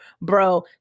bro